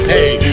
Hey